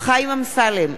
חיים אמסלם,